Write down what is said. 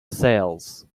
sails